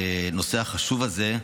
הנושא החשוב הזה,